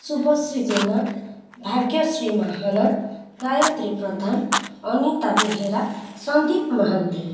Subhashree Jena Bhagyashree Mahana Gayatri Pradhan Anita Behera Sandeep Mohanty